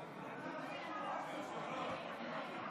אדוני יושב-ראש הכנסת, חברות וחברים,